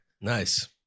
Nice